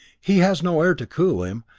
he has no air to cool him,